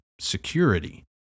security